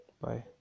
bye